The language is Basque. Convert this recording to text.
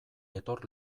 etor